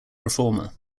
reformer